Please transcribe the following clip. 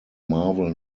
marvel